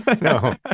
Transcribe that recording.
no